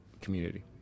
community